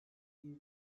bir